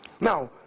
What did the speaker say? Now